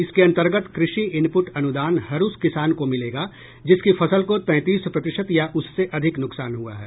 इसके अन्तर्गत कृषि इनपुट अनुदान हर उस किसान को मिलेगा जिसकी फसल को तैंतीस प्रतिशत या उससे अधिक नुकसान हुआ है